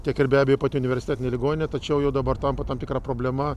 tiek ir be abejo pati universitetinė ligoninė tačiau jau dabar tampa tam tikra problema